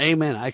Amen